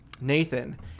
Nathan